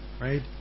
right